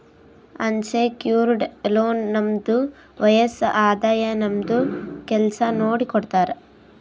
unsecured loan ನಮ್ದು ವಯಸ್ಸ್, ಆದಾಯ, ನಮ್ದು ಕೆಲ್ಸಾ ನೋಡಿ ಕೊಡ್ತಾರ್